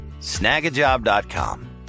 Snagajob.com